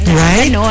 right